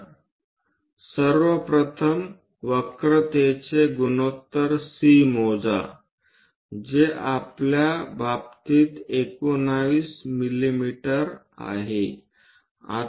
तर सर्व प्रथम वक्रतेचे गुणोत्तर C मोजा जे आपल्या बाबतीत 19 मिमी होईल